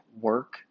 work